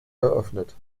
eröffnet